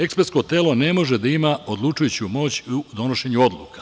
Ekspertsko telo ne može da ima odlučujuću moć u donošenju odluka.